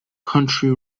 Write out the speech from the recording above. country